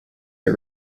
are